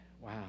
Wow